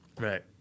Right